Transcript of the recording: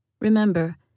Remember